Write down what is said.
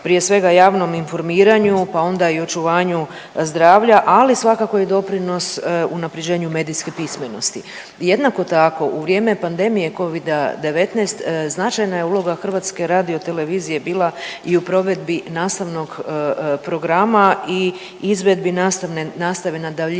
prije svega javnom informiranju, pa onda i očuvanju zdravlja, ali svakako i doprinos unapređenju medijske pismenosti. I jednako tako u vrijeme pandemije Covida-19 značajna je uloga HRT-a bila i u provedbi nastavnog programa i izvedbi nastave na daljinu.